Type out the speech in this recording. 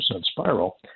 spiral